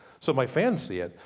so my fans see it.